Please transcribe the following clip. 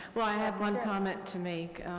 well, i have one comment to make.